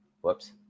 Whoops